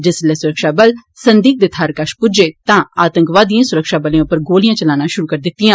जिस्सलै सुरक्षाबल संदिग्घ थाहर कश पुज्जै तां आतंकवादिएं सुरक्षाबलें उप्पर गोलियां चलाना शुरु करी दितियां